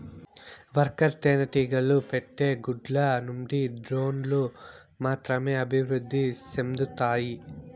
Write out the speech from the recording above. worker తేనెటీగలు పెట్టే గుడ్ల నుండి డ్రోన్లు మాత్రమే అభివృద్ధి సెందుతాయి